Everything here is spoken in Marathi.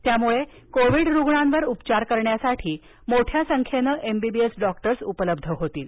यामुळे कोविड रुग्णांवर उपचार करण्यासाठी मोठ्या संख्येने एमबीबीएस डॉक्टर्स उपलब्ध होतील